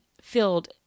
filled